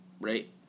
right